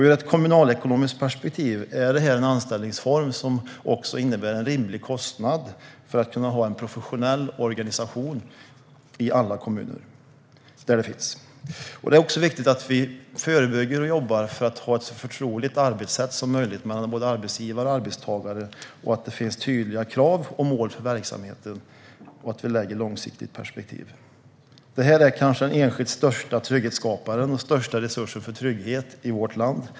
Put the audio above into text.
Ur ett kommunalekonomiskt perspektiv är detta en anställningsform som innebär en rimlig kostnad för att kunna ha en professionell organisation i alla de kommuner där denna finns. Det är också viktigt att vi jobbar för att ha ett så förtroligt arbetssätt som möjligt mellan arbetsgivare och arbetstagare och att det finns tydliga krav och mål för verksamheten och ett långsiktigt perspektiv. Detta är kanske den enskilt största trygghetsskaparen och resursen för trygghet i vårt land.